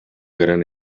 gran